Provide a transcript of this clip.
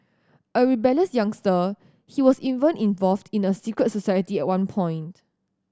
a rebellious youngster he was even involved in a secret society at one point